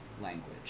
language